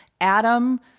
Adam